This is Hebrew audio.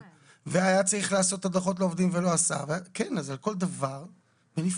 והיה צריך לעשות הדחות לעובדים ולא עשה אז על כל דבר בנפרד.